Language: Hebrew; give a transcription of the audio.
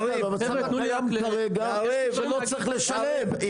יריב ----- לא צריך לשלם.